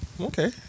Okay